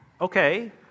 okay